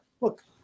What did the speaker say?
look